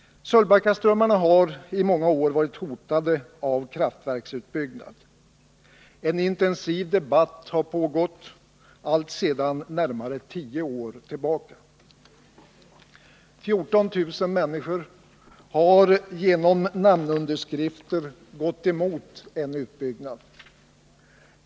Sölvbackaströmmarna har i många år varit hotade av kraftverksutbyggnad. En intensiv debatt har pågått sedan närmare 10 år tillbaka. 14 000 människor har genom namnunderskrifter gått emot en utbyggnad.